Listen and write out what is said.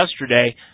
yesterday